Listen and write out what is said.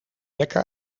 lekker